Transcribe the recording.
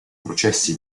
processi